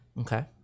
Okay